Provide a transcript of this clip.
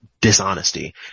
dishonesty